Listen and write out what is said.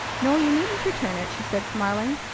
no, you needn't return it, she said, smiling.